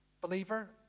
believer